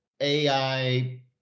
AI